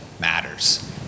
matters